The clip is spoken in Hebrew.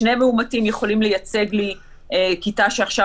שני מאומתים יכולים לייצג לי כיתה שעכשיו